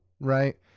right